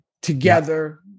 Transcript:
together